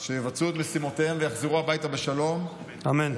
שיבצעו את משימותיהם ויחזרו הביתה בשלום, אמן.